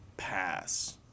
pass